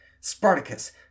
Spartacus